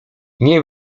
nie